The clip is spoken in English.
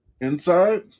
inside